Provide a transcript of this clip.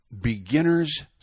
beginner's